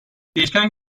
değişken